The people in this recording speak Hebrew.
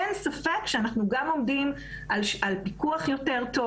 אין ספק שאנחנו גם עובדים על פיקוח יותר טוב.